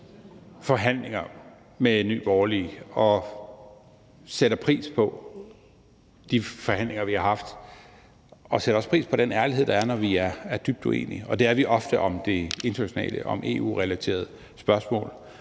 forhandlinger med Nye Borgerlige og sætter pris på de forhandlinger, vi har haft, og sætter også pris på den ærlighed, der er, når vi er dybt uenige, og det er vi ofte om det internationale, om EU-relaterede spørgsmål.